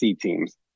teams